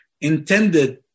intended